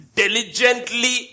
diligently